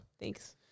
Thanks